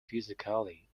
physically